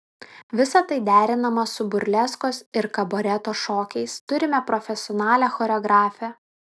visa tai derinama su burleskos ir kabareto šokiais turime profesionalią choreografę